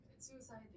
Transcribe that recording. Suicide